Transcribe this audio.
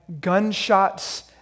gunshots